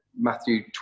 Matthew